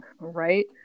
Right